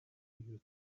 you